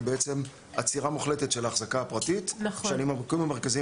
היא בעצם עצירה מוחלטת של ההחזקה הפרטית מהנימוקים המרכזיים,